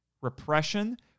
repression